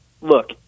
Look